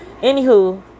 Anywho